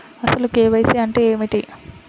అసలు కే.వై.సి అంటే ఏమిటి?